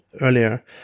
earlier